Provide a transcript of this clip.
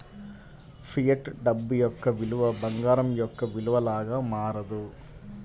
fiat డబ్బు యొక్క విలువ బంగారం యొక్క విలువ లాగా మారదు